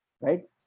right